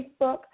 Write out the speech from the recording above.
Facebook